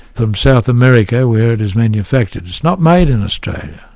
from south america, where it is manufactured. it's not made in australia.